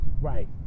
Right